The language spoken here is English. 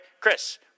Chris